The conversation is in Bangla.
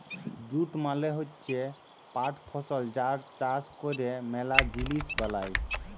জুট মালে হচ্যে পাট ফসল যার চাষ ক্যরে ম্যালা জিলিস বালাই